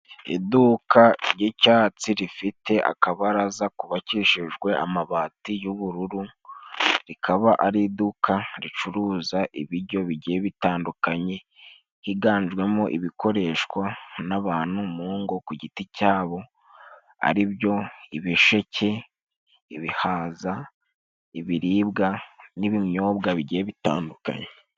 Iduka ry'icyatsi rifite akabaraza kubakishijwe amabati y'ubururu, rikaba ari iduka ricuruza ibijyo bigiye bitandukanye, higanjemo ibikoreshwa n'abantu mu ngo ku giti cyabo, ari byo ibisheke, ibihaza, ibiribwa n'ibinyobwa bigiye bitandukanye.